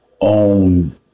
own